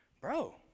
bro